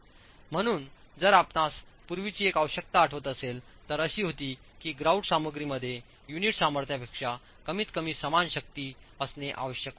म्हणून जर आपणास पूर्वीची एक आवश्यकता आठवत असेल तर अशी होती की ग्रॉउट सामग्रीमध्येयुनिट सामर्थ्यापेक्षा कमीतकमी समानशक्तीअसणे आवश्यक होते